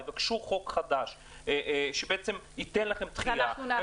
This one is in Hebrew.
יבקשו חוק חדש שייתן לכם דחייה -- אנחנו נאשר את זה.